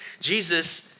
Jesus